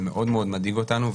זה מאוד מאוד מדאיג אותנו,